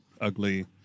ugly